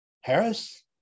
Harris